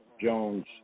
Jones